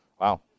Wow